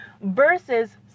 versus